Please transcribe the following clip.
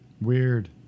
Weird